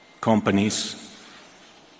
companies